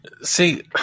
See